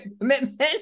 commitment